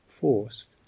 forced